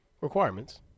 requirements